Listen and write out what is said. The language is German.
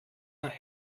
nach